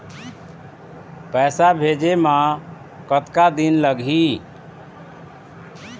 पैसा भेजे मे कतका दिन लगही?